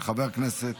של חבר כנסת